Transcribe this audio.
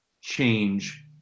change